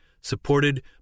supported